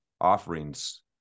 offerings